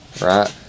right